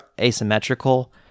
asymmetrical